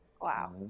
Wow